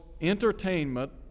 entertainment